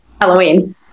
Halloween